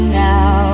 now